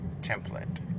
template